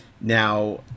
now